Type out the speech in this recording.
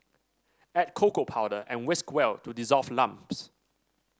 add cocoa powder and whisk well to dissolve lumps